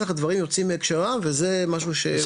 כך הדברים יוצאים מהקשרם וזה משהו שהוא לא ראוי.